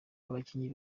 abakinnyi